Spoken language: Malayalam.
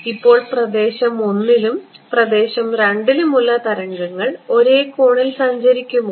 ഇപ്പോൾ പ്രദേശം I ലും പ്രദേശം II ലും ഉള്ള തരംഗങ്ങൾ ഒരേ കോണിൽ സഞ്ചരിക്കുമോ